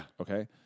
Okay